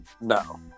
No